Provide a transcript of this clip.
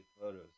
photos